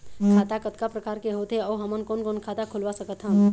खाता कतका प्रकार के होथे अऊ हमन कोन कोन खाता खुलवा सकत हन?